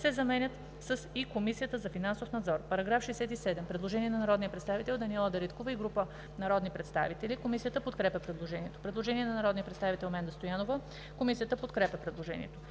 се заменят с „и Комисията за финансов надзор“.“ По § 67 има предложение на народния представител Даниела Дариткова и група народни представители. Комисията подкрепя предложението. Предложение на народния представител Менда Стоянова. Комисията подкрепя предложението.